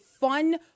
fun